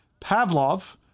Pavlov